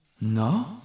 No